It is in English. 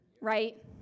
right